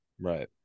Right